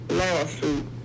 lawsuit